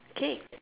K